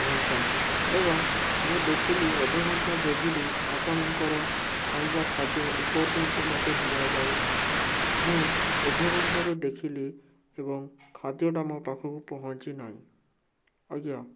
ଘଣ୍ଟା ଏବଂ ମୁଁ ଦେଖିଲି ଅଧଘଣ୍ଟା ଜଗିଲି ଆପଣଙ୍କର ଖାଇବା ଖାଦ୍ୟ ଏପର୍ଯ୍ୟନ୍ତ ମୋତେ ଦିଆଯାଇନାହିଁ ମୁଁ ଅଧଘଣ୍ଟାରେ ଦେଖିଲି ଏବଂ ଖାଦ୍ୟଟା ମୋ ପାଖକୁ ପହଞ୍ଚିନାହିଁ ଆଜ୍ଞା